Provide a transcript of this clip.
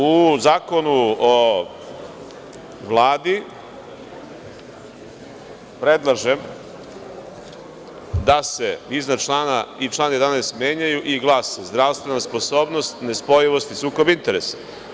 U Zakonu o Vladi predlažem da se iznad člana i član 11. menjaju i glase – Zdravstvena sposobnost, nespojivost i sukob interesa.